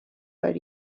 but